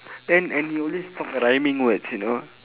and and he always talk rhyming words you know